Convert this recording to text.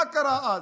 מה קרה אז?